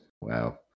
Wow